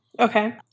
Okay